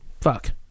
Fuck